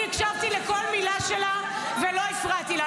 אני הקשבתי לכל מילה ולא הפרעתי לה,